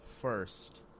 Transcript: first